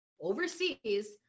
overseas